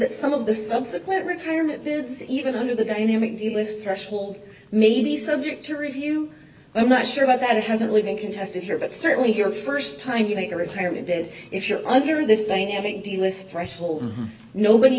that some of the subsequent retirement there's even under the dynamic delist threshold maybe subject to review i'm not sure about that it hasn't been contested here but certainly your first time you make a retirement bid if you're under this dynamic delist threshold nobody